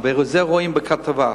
ואת זה רואים בכתבה.